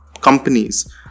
companies